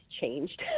changed